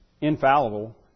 infallible